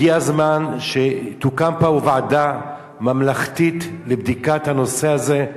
הגיע הזמן שתוקם פה ועדה ממלכתית לבדיקת הנושא הזה,